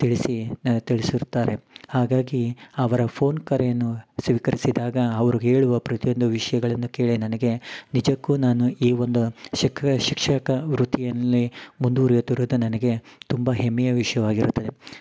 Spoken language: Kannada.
ತಿಳಿಸಿ ತಿಳಿಸಿರುತ್ತಾರೆ ಹಾಗಾಗಿ ಅವರ ಫೋನ್ ಕರೆಯನು ಸ್ವೀಕರಿಸಿದಾಗ ಅವರು ಹೇಳುವ ಪ್ರತಿ ಒಂದು ವಿಷಯಗಳನ್ನು ಕೇಳಿ ನನಗೆ ನಿಜಕ್ಕೂ ನಾನು ಈ ಒಂದು ಶಿಕ ಶಿಕ್ಷಕ ವೃತ್ತಿಯಲ್ಲಿ ಮುಂದುವರೆಯುತ್ತಿರುವುದು ನನಗೆ ತುಂಬ ಹೆಮ್ಮೆಯ ವಿಷಯವಾಗಿರುತ್ತದೆ